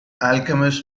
alchemist